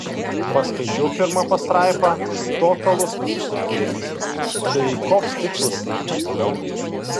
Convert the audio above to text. paskaičiau pirmą pastraipą totalus nusišnekėjimas tai koks tikslas skaityti toliau